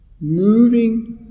moving